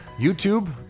YouTube